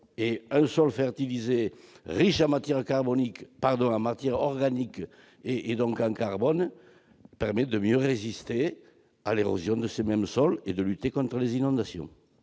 un sol fertilisé, riche en matières organiques, donc en carbone, permet de mieux résister à l'érosion et de lutter contre les inondations.